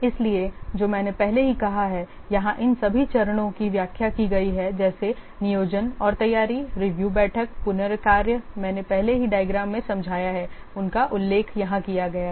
इसलिए जो मैंने पहले ही कहा है यहां इन सभी चरणों की व्याख्या की गई है जैसे नियोजन और तैयारी रिव्यू बैठक पुन कार्य मैंने पहले ही डायग्राम में समझाया है उनका उल्लेख यहां किया गया है